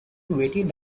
weighted